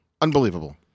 Unbelievable